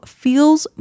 feels